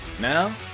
Now